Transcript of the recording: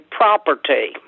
property